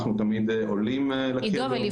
אנחנו תמיד עולים לקבר ביום הזיכרון.